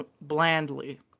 Blandly